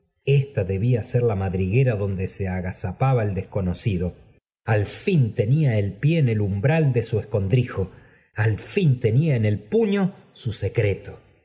ebta debía r fjw d f nde se agazapaba el deeconocido al fin tenía el pie en el umbral de su escondrijo i j al fin tenía en el puño su secreto